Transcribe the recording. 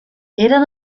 eren